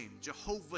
Jehovah